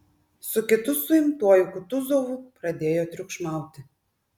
su kitu suimtuoju kutuzovu pradėjo triukšmauti